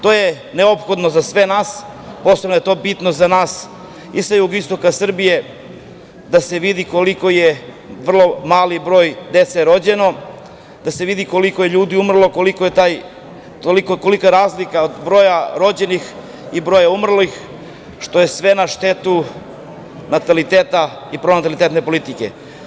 To je neophodno za sve nas, posebno je to bitno za nas i sa jugoistoka Srbije, da se vidi koliko je vrlo mali broj dece rođeno, da se vidi koliko je ljudi umrlo, kolika je razlika u broju rođenih i broju umrlih, što je sve na štetu nataliteta i pronatalitetne politike.